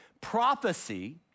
prophecy